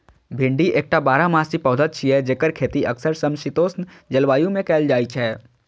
भिंडी एकटा बारहमासी पौधा छियै, जेकर खेती अक्सर समशीतोष्ण जलवायु मे कैल जाइ छै